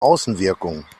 außenwirkung